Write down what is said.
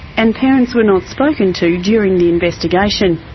and parents were not spoken to during the investigation,